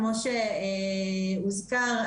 כמו שהוזכר,